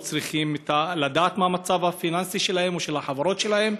לא צריכים לדעת מה המצב הפיננסי שלהם או של החברות שלהם,